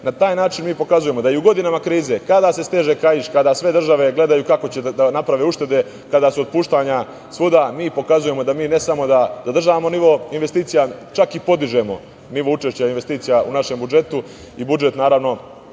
taj način mi pokazujemo da i u godinama krize, kada se steže kaiš, kada sve države gledaju kako će da naprave uštede, kada su otpuštanja svuda, mi pokazujemo da mi ne samo da održavamo nivo investicija nego čak i podižemo nivo učešća investicija u našem budžetu. Budžet za